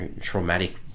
traumatic